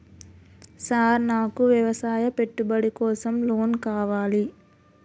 Sir నాకు వ్యవసాయ పెట్టుబడి కోసం లోన్ కావాలి?